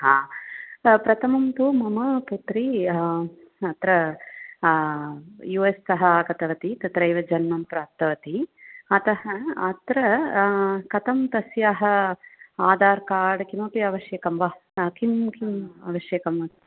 प्रथमं तु मम पुत्री अत्र युएस् तः आगतवती तत्रैव जन्मं प्राप्तवती अतः अत्र कथं तस्याः आधार्कार्ड् किमपि आवश्यकं वा किं किम् आवश्यकम्